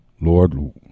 lord